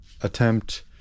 attempt